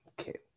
Okay